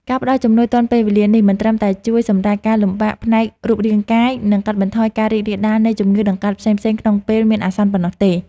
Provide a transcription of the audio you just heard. ការផ្ដល់ជំនួយទាន់ពេលវេលានេះ មិនត្រឹមតែជួយសម្រាលការលំបាកផ្នែករូបរាងកាយ និងកាត់បន្ថយការរីករាលដាលនៃជំងឺដង្កាត់ផ្សេងៗក្នុងពេលមានអាសន្នប៉ុណ្ណោះទេ។